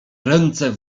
ręce